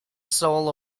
soul